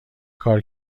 کار